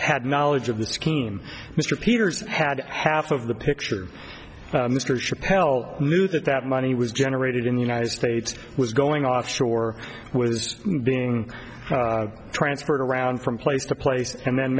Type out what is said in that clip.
had knowledge of the scheme mr peters had half of the picture mr chappelle knew that that money was generated in the united states was going offshore was being transferred around from place to place and then